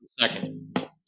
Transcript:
Second